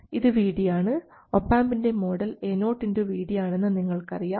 ഇത് Vd ആണ് ഒപാംപിൻറെ മോഡൽ AoVd ആണെന്ന് നിങ്ങൾക്കറിയാം